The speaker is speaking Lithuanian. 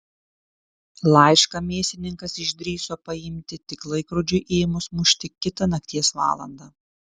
laišką mėsininkas išdrįso paimti tik laikrodžiui ėmus mušti kitą nakties valandą